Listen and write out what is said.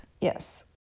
Yes